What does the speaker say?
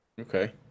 Okay